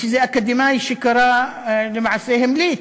יש איזה אקדמאי שקרא, למעשה המליץ,